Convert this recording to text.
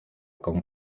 con